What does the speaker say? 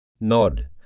Nod